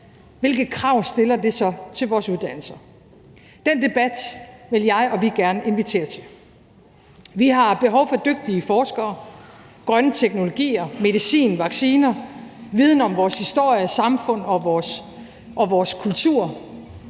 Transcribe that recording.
hvilke krav stiller det så til vores uddannelser? Den debat vil jeg og vi gerne invitere til. Vi har behov for dygtige forskere, grønne teknologier, medicin, vacciner og viden om vores historie og samfund og vores kultur.